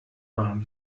warm